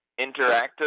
Interactive